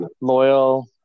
loyal